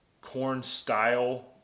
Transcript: corn-style